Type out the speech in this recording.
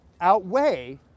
outweigh